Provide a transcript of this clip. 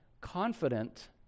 confident